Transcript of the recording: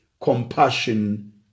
compassion